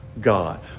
God